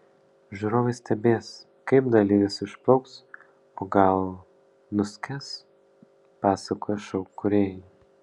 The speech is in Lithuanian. žiūrovai stebės kaip dalyvis išplauks o gal nuskęs pasakoja šou kūrėjai